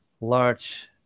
large